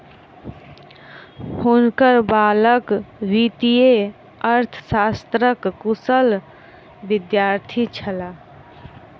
हुनकर बालक वित्तीय अर्थशास्त्रक कुशल विद्यार्थी छलाह